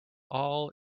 all